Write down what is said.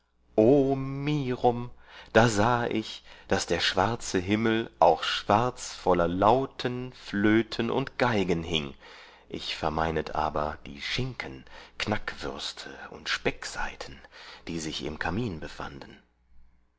da sahe ich daß der schwarze himmel auch schwarz voller lauten flöten und geigen hieng ich vermeinet aber die schinken knackwürste und speckseiten die sich im kamin befanden